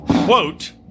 Quote